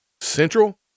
Central